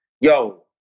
yo